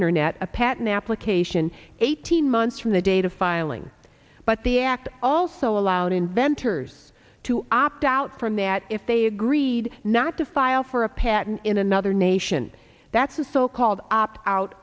internet a patent application eighteen months from the date of filing but the act also allowed inventors to opt out from that if they agreed not to file for a patent in another nation that's a so called opt out